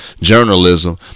journalism